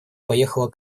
поехала